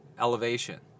elevation